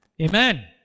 Amen